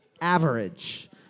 average